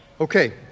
Okay